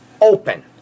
open